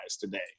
today